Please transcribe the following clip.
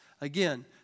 Again